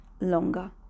longer